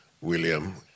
William